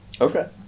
okay